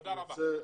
תודה רבה.